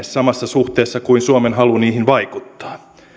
samassa suhteessa kuin suomen halu niihin vaikuttaa